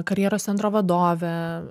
karjeros centro vadovė